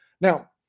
Now